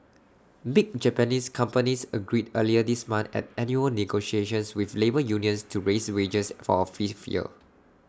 big Japanese companies agreed earlier this month at annual negotiations with labour unions to raise wages for A fifth year